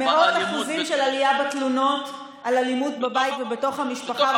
מאות אחוזים של עלייה בתלונות על אלימות בבית ובתוך המשפחה,